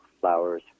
flowers